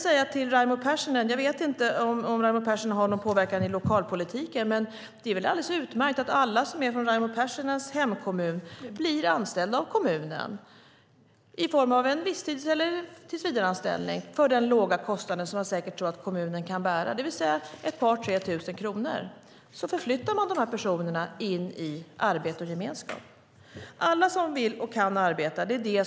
Jag vet inte om Raimo Pärssinen har någon påverkan i lokalpolitiken, men det är väl alldeles utmärkt att alla de som är från Raimo Pärssinens hemkommun blir anställda av kommunen i form av visstidsanställning eller tillsvidareanställning till den låga kostnad som jag tror att kommunen kan bära, det vill säga ett par tre tusen kronor. Så flyttar man de här personerna in i arbete och gemenskap. Alla som vill och kan arbeta ska få göra det.